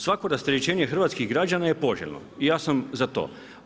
Svako rasterećenje hrvatskih građana je poželjno i ja sam za to.